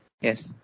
Yes